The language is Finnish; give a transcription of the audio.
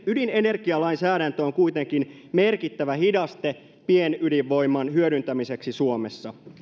ydinenergialainsäädäntö on kuitenkin merkittävä hidaste pienydinvoiman hyödyntämiseksi suomessa